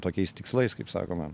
tokiais tikslais kaip sakoma